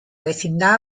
vecindad